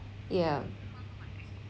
yeah